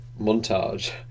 montage